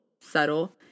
subtle